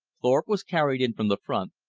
thorpe was carried in from the front,